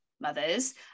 mothers